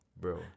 Bro